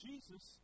Jesus